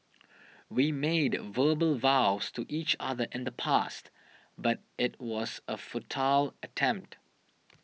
we made verbal vows to each other in the past but it was a futile attempt